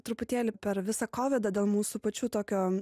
truputėlį per visą kovidą dėl mūsų pačių tokio